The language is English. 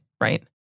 right